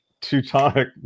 Teutonic